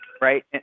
right